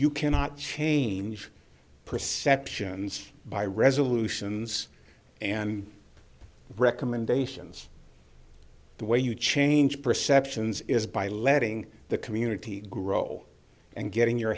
you cannot change perceptions by resolutions and recommendations the way you change perceptions is by letting the community grow and getting your